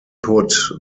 put